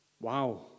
Wow